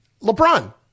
LeBron